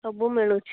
ସବୁ ମିଳୁଛି